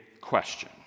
question